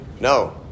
No